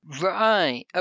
Right